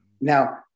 now